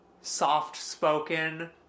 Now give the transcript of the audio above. soft-spoken